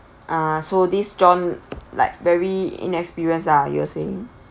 ah so this john like very inexperienced lah you were saying